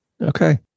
Okay